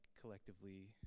collectively